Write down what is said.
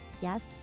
yes